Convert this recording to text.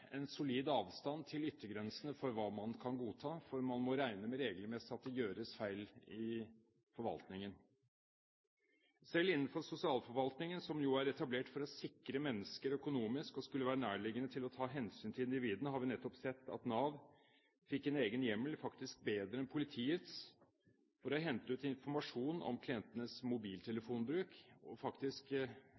en solid avstand til yttergrensene for hva man kan godta, for man må regelmessig regne med at det gjøres feil i forvaltningen. Selv innenfor sosialforvaltningen, som jo er etablert for å sikre mennesker økonomisk, og som skulle være nærliggende til å ta hensyn til individene, har vi nettopp sett at Nav fikk en egen hjemmel – faktisk bedre enn politiets – for å hente ut informasjon om klientenes mobiltelefonbruk og faktisk